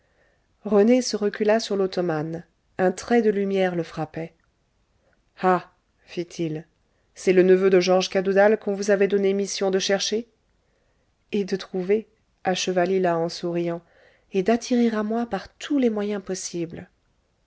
rené se recula sur l'ottomane un trait de lumière le frappait ah fit-il c'est le neveu de georges cadoudal qu'on vous avait donné mission de chercher et de trouver acheva lila en souriant et d'attirer à moi par tous les moyens possibles